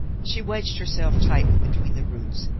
she wedged herself tightly between the roots,